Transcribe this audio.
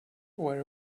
very